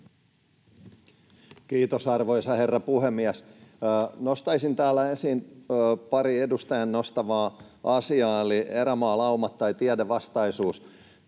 Kiitos, arvoisa herra puhemies! Nostaisin täällä esiin pari edustajan nostamaa asiaa eli erämaalaumat ja tiedevastaisuuden.